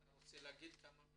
אתה רוצה לומר כמה מילים?